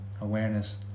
awareness